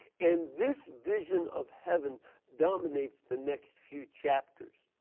and this vision of heaven dominates the next few chapters.